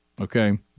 okay